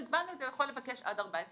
והגבלנו את זה יכול לבקש עד 14 יום.